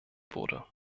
wurde